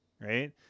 right